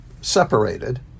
separated